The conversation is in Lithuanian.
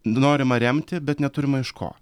norima remti bet neturima iš ko